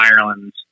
Ireland